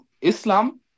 Islam